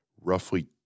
roughly